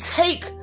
take